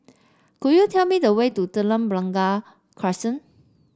could you tell me the way to Telok Blangah Crescent